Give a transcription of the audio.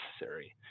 necessary